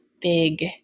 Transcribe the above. big